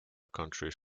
counties